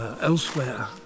elsewhere